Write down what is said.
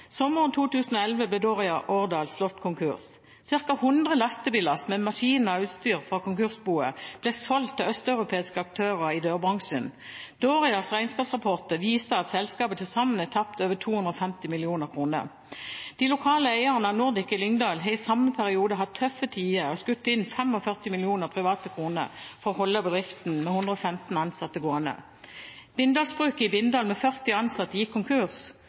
Sommeren 2011 ble Dooria Årdal slått konkurs. Cirka 100 lastebillass med maskiner og utstyr fra konkursboet ble solgt til østeuropeiske aktører i dørbransjen. Doorias regnskapsrapport viser at selskapet til sammen har tapt over 250 mill. kr. De lokale eierne av Nordic i Lyngdal har i samme periode hatt tøffe tider og skutt inn 45 millioner private kroner for å holde bedriften med 115 ansatte gående. Bindalsbruket i Bindal med 40 ansatte gikk konkurs,